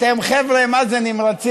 אתם חבר'ה מה זה נמרצים,